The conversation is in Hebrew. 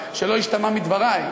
שלא ישתמע מדברי.